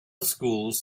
schools